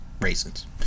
raisins